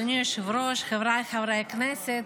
אדוני היושב-ראש, חבריי חברי הכנסת,